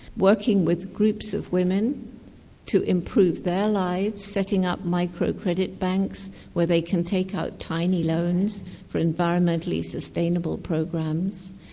working with groups of women to improve their lives, setting up micro credit banks where they can take out tiny loans for environmentally sustainable programs,